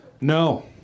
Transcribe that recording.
No